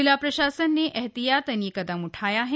जिला प्रशासन ने एहतियातन यह कदम उठाया है